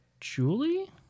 Julie